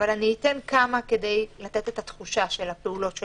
אבל אתן כמה כדי לתת את התחושה של הפעולות שלנו.